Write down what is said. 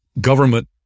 government